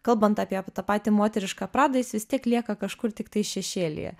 kalbant apie tą patį moterišką pradą jis vis tiek lieka kažkur tiktai šešėlyje